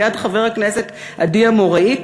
ליד חבר הכנסת עדי אמוראי,